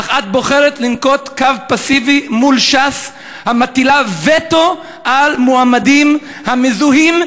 אך את בוחרת לנקוט קו פסיבי מול ש"ס המטילה וטו על מועמדים המזוהים,